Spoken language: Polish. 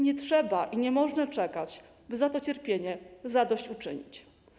Nie trzeba i nie można czekać, by za to cierpienie zadośćuczynić.